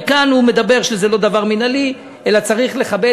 וכאן הוא מדבר שזה לא דבר מינהלי אלא צריך לכבד.